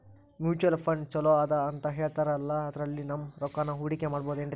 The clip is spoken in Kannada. ಮ್ಯೂಚುಯಲ್ ಫಂಡ್ ಛಲೋ ಅದಾ ಅಂತಾ ಹೇಳ್ತಾರ ಅದ್ರಲ್ಲಿ ನಮ್ ರೊಕ್ಕನಾ ಹೂಡಕಿ ಮಾಡಬೋದೇನ್ರಿ?